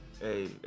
Hey